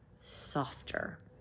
Softer